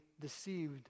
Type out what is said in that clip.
deceived